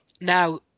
Now